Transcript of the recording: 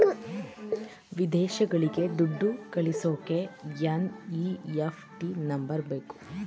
ವಿದೇಶಗಳಿಗೆ ದುಡ್ಡು ಕಳಿಸೋಕೆ ಎನ್.ಇ.ಎಫ್.ಟಿ ನಂಬರ್ ಬೇಕು